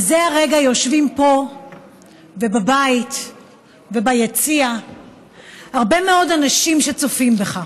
בזה הרגע יושבים פה ובבית וביציע הרבה מאוד אנשים שצופים בך.